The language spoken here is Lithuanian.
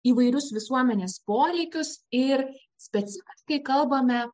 įvairius visuomenės poreikius ir speci kai kalbame